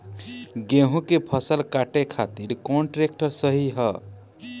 गेहूँ के फसल काटे खातिर कौन ट्रैक्टर सही ह?